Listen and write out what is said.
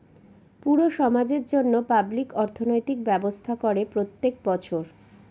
পুরো সমাজের জন্য পাবলিক অর্থনৈতিক ব্যবস্থা করে প্রত্যেক বছর